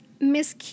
Miss